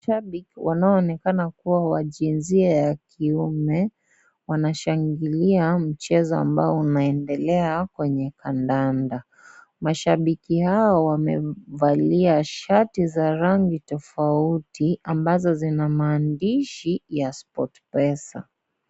Shabiki wanaonekana kuwa wa jinsia ya kiume wanashangilia mchezo ambao unaendelea kwenye kandanda. Mashabiki hawa wamevalia shati za rangi tofauti ambazo zina maandishi ya sportpesa .